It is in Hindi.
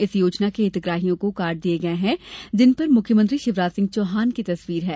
इस योजना के हितग्राहियों को कॉर्ड दिए गए हैं जिन पर मुख्यमंत्री शिवराज सिंह चौहान की तस्वीर है